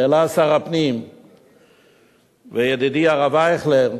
שהעלו שר הפנים וידידי הרב אייכלר,